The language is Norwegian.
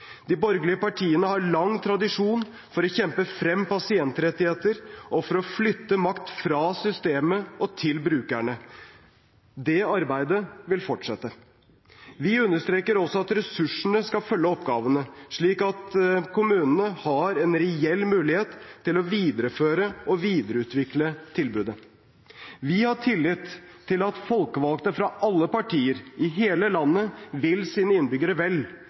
De borgerlige partiene har lang tradisjon for å kjempe frem pasientrettigheter og for å flytte makt fra systemet og til brukerne. Det arbeidet vil fortsette. Vi understreker også at ressurser skal følge oppgavene, slik at kommunene har en reell mulighet til å videreføre og videreutvikle tilbudene. Vi har tillit til at folkevalgte fra alle partier i hele landet vil sine innbyggere vel.